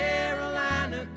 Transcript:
Carolina